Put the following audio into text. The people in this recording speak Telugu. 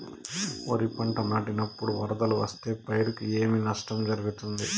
వరిపంట నాటినపుడు వరదలు వస్తే పైరుకు ఏమి నష్టం జరుగుతుంది?